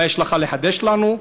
מה יש לך לחדש לנו?